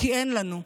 כי אין לנו,